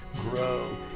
grow